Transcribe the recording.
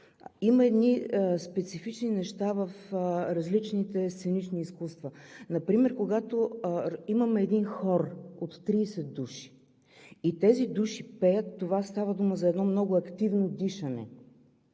Има специфични неща в различните сценични изкуства. Например: когато имаме един хор от 30 души и те пеят, става дума за много активно дишане.